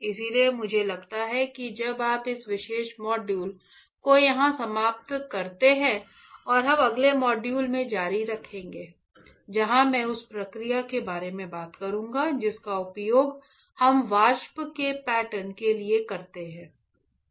इसलिए मुझे लगता है कि अब हम इस विशेष मॉड्यूल को यहां समाप्त करते हैं और हम अगले मॉड्यूल में जारी रखेंगे जहां मैं उस प्रक्रिया के बारे में बात करूंगा जिसका उपयोग हम वाष्प के पैटर्न के लिए करते हैं